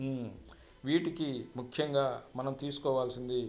వీటికి ముఖ్యంగా మనం తీసుకోవాల్సింది